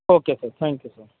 okay sir thank you sir